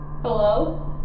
Hello